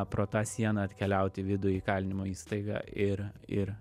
pro tą sieną atkeliaut į vidų į įkalinimo įstaigą ir ir